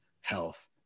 health